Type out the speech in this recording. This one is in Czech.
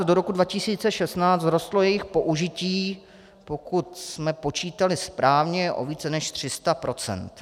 Od roku 2013 do roku 2016 vzrostlo jejich použití, pokud jsme počítali správně, o více než 300 procent.